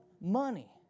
money